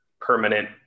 permanent